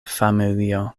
familio